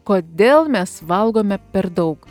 kodėl mes valgome per daug